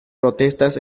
protestas